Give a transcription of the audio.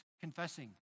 confessing